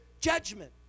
judgment